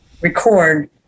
record